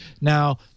Now